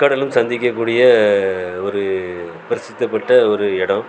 முக்கடலும் சந்திக்கக்கூடிய ஒரு பிரசித்தி பெற்ற ஒரு இடம்